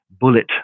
bullet